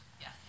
Yes